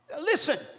listen